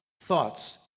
thoughts